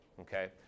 Okay